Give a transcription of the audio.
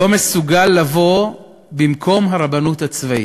לא מסוגל לבוא במקום הרבנות הצבאית.